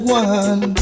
one